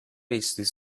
its